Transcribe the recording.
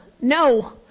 No